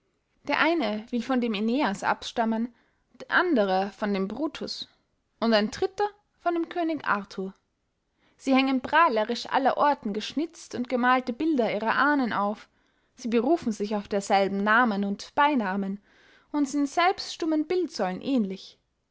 der eine will von dem aeneas abstammen der andere von dem brutus und ein dritter von dem könig arthur sie hängen prahlerisch allerorten geschnitzt und gemahlte bilder ihrer ahnen auf sie berufen sich auf derselben namen und beynamen und sind selbst stummen bildsäulen ähnlich